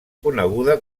coneguda